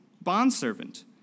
bondservant